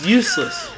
useless